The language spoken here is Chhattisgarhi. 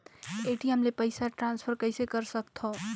ए.टी.एम ले पईसा ट्रांसफर कइसे कर सकथव?